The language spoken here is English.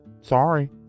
Sorry